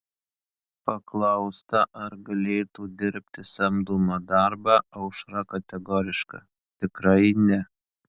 paklausta ar galėtų dirbti samdomą darbą aušra kategoriška tikrai ne